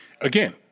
Again